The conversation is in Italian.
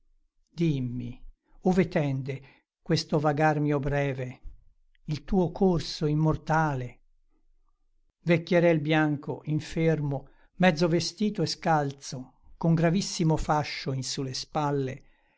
dimmi ove tende questo vagar mio breve il tuo corso immortale vecchierel bianco infermo mezzo vestito e scalzo con gravissimo fascio in su le spalle